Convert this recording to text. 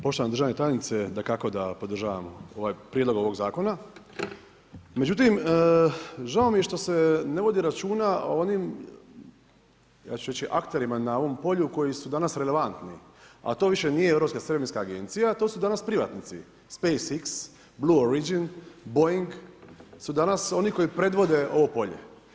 Poštovana državna tajnice, dakako da podržavam prijedlog ovog zakona međutim žao mi je što se ne vodi računa o onim ja ću reći akterima na ovom polju koji su danas relevantni a to više nije Europska svemirska agencija, to su danas privatnici Space X, Blue origin, Boeing, su danas oni koji predvode ovo polje.